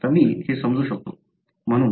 आता मी हे समजू शकतो